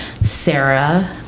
Sarah